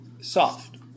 soft